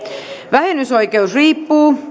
vähennysoikeus riippuu